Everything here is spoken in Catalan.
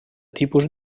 tipus